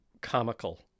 comical